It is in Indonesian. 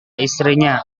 istrinya